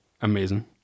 amazing